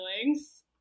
feelings